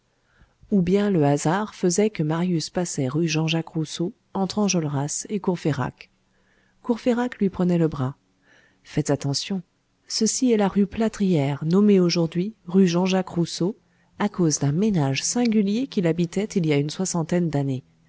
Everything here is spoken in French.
ou bien le hasard faisait que marius passait rue jean jacques rousseau entre enjolras et courfeyrac courfeyrac lui prenait le bras faites attention ceci est la rue plâtrière nommée aujourd'hui rue jean jacques rousseau à cause d'un ménage singulier qui l'habitait il y a une soixantaine d'années